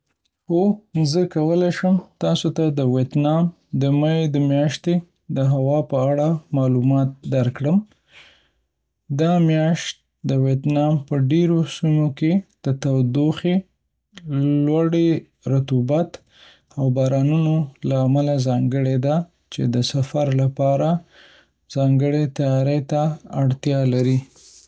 هو، زه کولی شم تاسو ته د ویتنام د می میاشتې د هوا په اړه معلومات درکړم. دا میاشت د ویتنام په ډېرو سیمو کې د تودوخې، لوړې رطوبت، او بارانونو له امله ځانګړې ده، چې د سفر لپاره ځانګړې تیاري ته اړتیا لري.